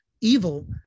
evil